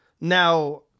Now